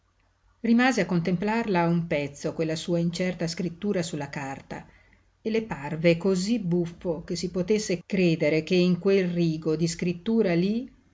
rimase a contemplarla un pezzo quella sua incerta scrittura sulla carta e le parve cosí buffo che si potesse credere che in quel rigo di scrittura lí